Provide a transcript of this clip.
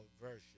version